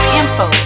info